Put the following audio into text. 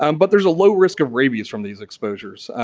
um but there's a low risk of rabies from these exposures.